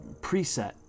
preset